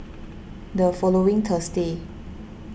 the following Thursday